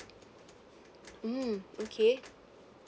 mm okay